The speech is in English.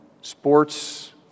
sports